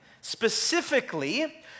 Specifically